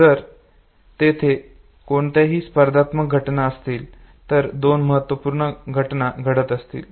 जर तेथे कोणत्याही स्पर्धात्मक घटना असतील एकाच वेळी दोन महत्त्वपूर्ण घटना घडत असतील